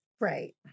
Right